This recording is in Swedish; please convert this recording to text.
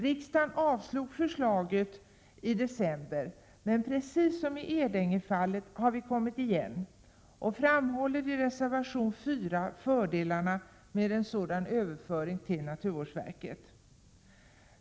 Riksdagen avslog förslaget i december, men precis som i Edängefallet har vi kommit igen och framhåller i reservation 4 fördelarna med en sådan överföring till naturvårdsverket.